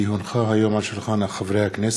כי הונחה היום על שולחן הכנסת,